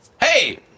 Hey